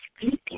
speaking